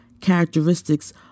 characteristics